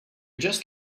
just